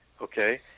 Okay